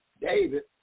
David